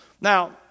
Now